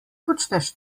počneš